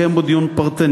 לקיים בו דיון פרטני.